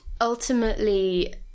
ultimately